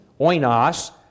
oinos